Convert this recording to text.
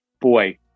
Boy